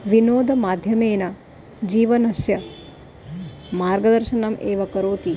विनोदमाध्यमेन जीवनस्य मार्गदर्शनम् एव करोति